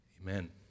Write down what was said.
Amen